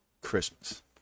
Christmas